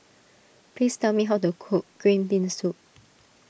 please tell me how to cook Green Bean Soup